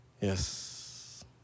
Yes